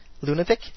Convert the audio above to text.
Lunatic